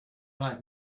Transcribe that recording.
like